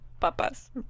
Papas